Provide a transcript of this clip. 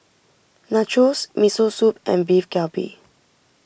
Nachos Miso Soup and Beef Galbi